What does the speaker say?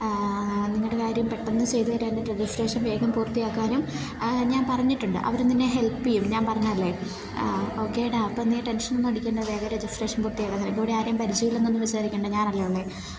നിങ്ങളുടെ കാര്യം പെട്ടെന്ന് ചെയ്തു തരാൻ രജിസ്ട്രേഷൻ വേഗം പൂർത്തിയാക്കാനും ഞാൻ പറഞ്ഞിട്ടുണ്ട് അവർ നിന്നെ ഹെൽപ്പ് ചെയ്യും ഞാൻ പറഞ്ഞതല്ലേ ഓക്കെ ടാ അപ്പം നീ ടെൻഷനൊന്നും അടിക്കേണ്ട വേഗം രജിസ്ട്രേഷൻ പൂർത്തിയാക്കാൻ നിനക്കിവിടെ ആരെയും പരിചയം ഇല്ലെന്നൊന്നും വിചാരിക്കേണ്ട ഞാനല്ലേ ഉള്ളത്